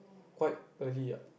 quite early ah